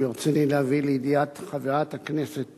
ברצוני להביא לידיעת חברת הכנסת